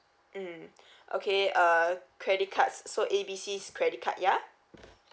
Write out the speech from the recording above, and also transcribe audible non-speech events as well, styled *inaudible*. mm *breath* okay a credit card so A B C's credit card ya